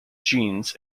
genes